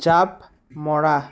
জাপ মৰা